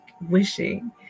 wishing